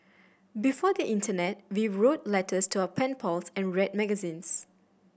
before the internet we wrote letters to our pen pals and read magazines